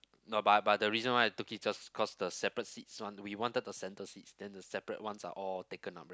no but but the reason why I took it just cause the separate seats one we wanted the centre seats then the separate ones are all taken up already